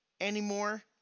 anymore